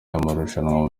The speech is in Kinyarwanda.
amarushanwa